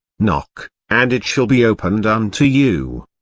knock, and it shall be opened unto you.